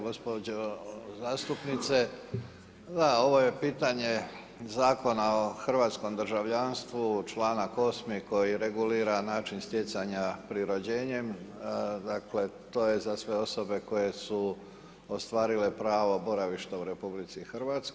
Gospođo zastupnice, da ovo je pitanje Zakona o hrvatskom državljanstvu, članak 8. koji regulira način stjecanja pri rođenjem dakle to je za sve osobe koje su ostvarile pravo boravišta u RH.